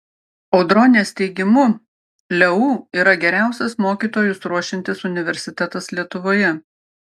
audronės teigimu leu yra geriausias mokytojus ruošiantis universitetas lietuvoje